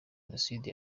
jenoside